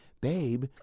Babe